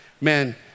man